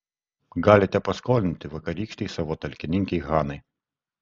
galite paskolinti vakarykštei savo talkininkei hanai